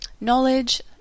Knowledge